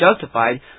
justified